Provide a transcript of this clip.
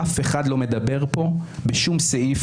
אף אחד לא מדבר פה בשום סעיף,